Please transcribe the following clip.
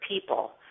people